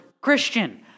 Christian